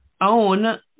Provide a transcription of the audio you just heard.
own